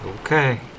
okay